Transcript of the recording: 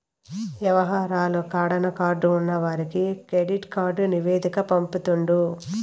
యవహారాలు కడాన కార్డు ఉన్నవానికి కెడిట్ కార్డు నివేదిక పంపుతుండు